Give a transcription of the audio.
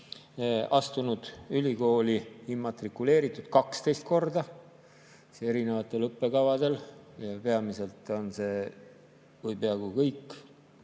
astunud ülikooli, immatrikuleeritud 12 korda erinevatele õppekavadele. Peamiselt või peaaegu kõik